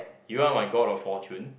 you are my god of fortune